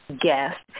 guest